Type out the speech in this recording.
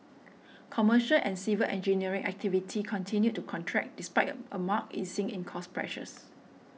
commercial and civil engineering activity continued to contract despite a a marked easing in cost pressures